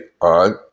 on